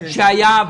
שהיה,